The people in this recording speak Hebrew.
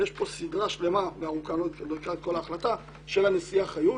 ויש פה סדרה שלמה וארוכה אני לא אקרא את כל ההחלטה של הנשיאה חיות,